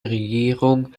regierung